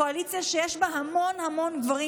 קואליציה שיש בה המון המון גברים,